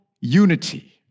unity